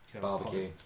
Barbecue